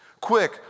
quick